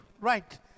right